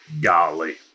Golly